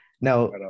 now